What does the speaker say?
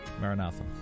Maranatha